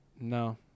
no